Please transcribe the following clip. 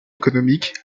économique